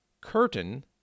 curtain